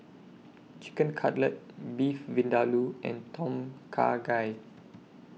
Chicken Cutlet Beef Vindaloo and Tom Kha Gai